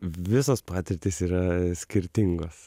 visos patirtys yra skirtingos